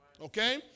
okay